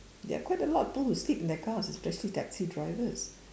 there are quite a lot people that sleep in their cars especially taxi drivers